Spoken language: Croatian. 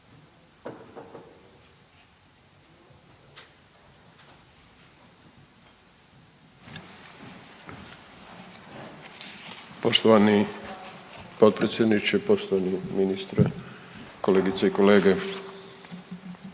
Poštovani potpredsjedniče, poštovani ministre, kolegice i kolege.